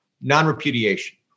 non-repudiation